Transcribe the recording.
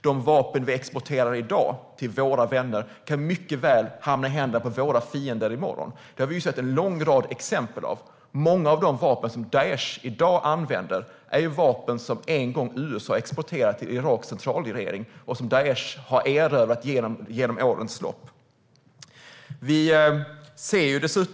De vapen vi exporterar till våra vänner i dag kan mycket väl hamna i händerna på våra fiender i morgon. Det har vi sett en lång rad exempel på. Många av de vapen som Daish använder i dag är vapen som USA en gång exporterade till Iraks centralregering och som Daish har erövrat under årens lopp.